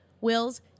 wills